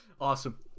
Awesome